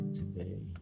today